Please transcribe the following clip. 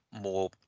more